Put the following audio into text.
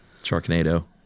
Sharknado